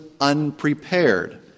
unprepared